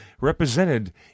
represented